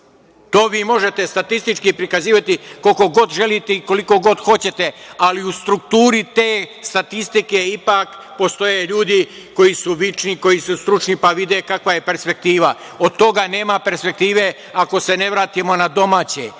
To vi možete statistički prikazivati koliko god želite i koliko god hoćete, ali u strukturi te statistike ipak postoje ljudi koji su vični, koji su stručni pa vide kakva je perspektiva. Od toga nema perspektive ako se ne vratimo na domaće,